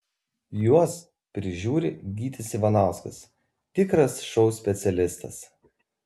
juos prižiūri gytis ivanauskas tikras šou specialistas